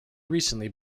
recently